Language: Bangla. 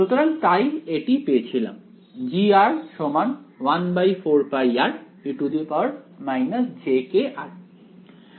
সুতরাং তাই এটি পেয়েছিলাম G 14πre jkr